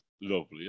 Lovely